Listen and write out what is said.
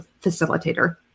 facilitator